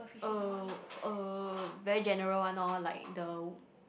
uh uh very general one lor like the